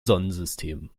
sonnensystem